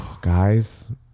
Guys